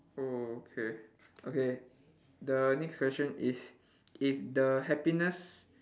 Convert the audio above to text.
oh okay okay the next question is if the happiness